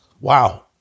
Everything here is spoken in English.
Wow